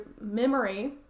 memory